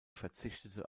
verzichtete